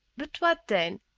but what then?